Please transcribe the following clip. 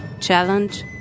challenge